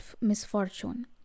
misfortune